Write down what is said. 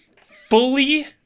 fully